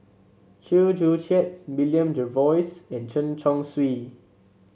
Chew Joo Chiat William Jervois and Chen Chong Swee